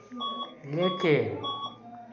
लेकिन